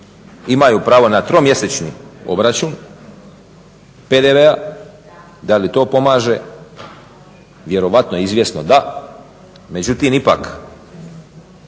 imaju pravo na tromjesečni obračun PDV-a, da li to pomože, vjerojatno izvjesno da, međutim ipak